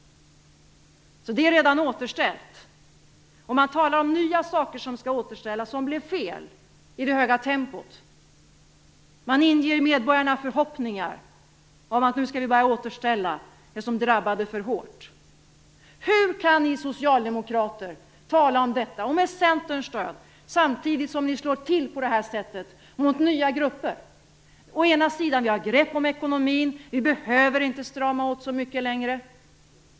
Det är redan återställt. Man talar om nya saker som skall återställas som blev fel i det höga tempot. Man inger medborgarna förhoppningar om att man skall börja återställa det som drabbade för hårt. Centerns stöd, samtidigt som ni slår till på detta sätt mot nya grupper? Ni säger att ni har grepp om ekonomin och att vi inte behöver strama åt så mycket längre.